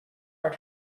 our